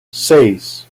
seis